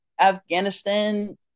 Afghanistan